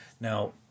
Now